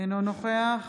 אינו נוכח